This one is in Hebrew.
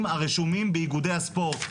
הספורטאים הרשומים באיגודי הספורט.